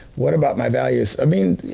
what about my values. i mean,